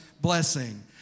blessing